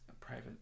private